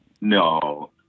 No